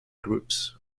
groups